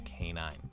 Canine